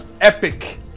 epic